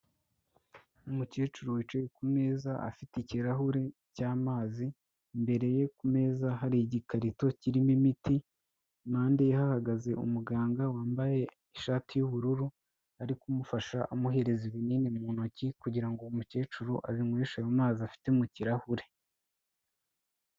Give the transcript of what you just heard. Umukecuru wicaye ku meza afite ikirahure cy'mazi, imbere ye kumeza hari igikarito kirimo imiti, impande ye hahagaze umuganga wambaye ishati yubururu ari kumufasha, amuhereza ibinini mu ntoki kugirango uwo mukecuru abinyweshe ayo mazi afite mu kirahure.